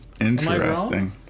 Interesting